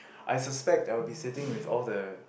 I suspect I will be sitting with all the